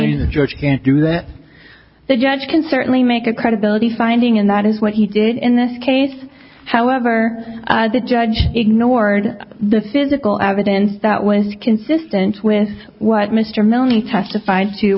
only the judge can't do that the judge can certainly make a credibility finding and that is what he did in this case however the judge ignored the physical evidence that was consistent with what mr milly testif